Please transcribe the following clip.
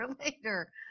later